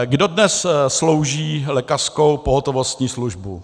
Kdo dnes slouží lékařskou pohotovostní službu?